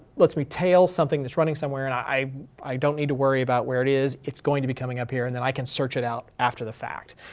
lets me tail something that's running somewhere and i i don't need to worry about where it is, it's going to be coming up here and then i can search it out after the fact.